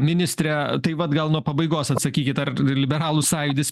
ministre tai vat gal nuo pabaigos atsakykit ar liberalų sąjūdis